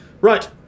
Right